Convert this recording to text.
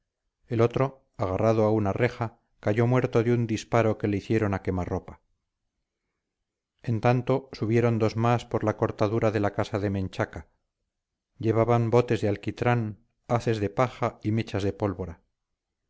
el otro agarrado a una reja cayó muerto de un disparo que le hicieron a quemarropa en tanto subieron dos más por la cortadura de la casa de menchaca llevaban botes de alquitrán haces de paja y mechas de pólvora